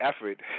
effort